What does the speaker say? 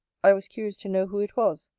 i was curious to know who it was.